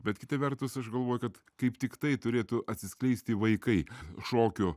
bet kita vertus aš galvoju kad kaip tiktai turėtų atsiskleisti vaikai šokio